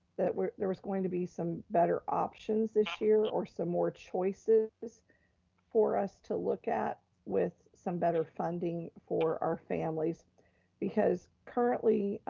that there was going to be some better options this year or some more choices for us to look at with some better funding for our families because currently,